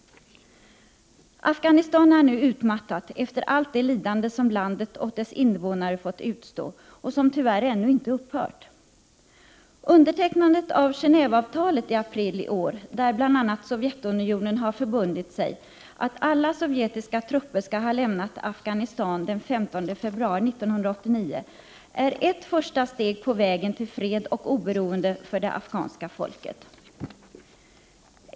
Afghanistan är nu utmattat efter allt det lidande som landet och dess innevånare fått utstå och som tyvärr ännu inte upphört. Undertecknandet av Genåveavtalet i april i år — där bl.a. Sovjetunionen har förbundit sig att se till att alla sovjetiska trupper har lämnat Afghanistan den 15 februari 1989 — är ett första steg på vägen mot fred och oberoende för det afghanska folket.